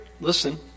listen